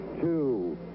two